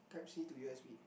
type C to U_S_B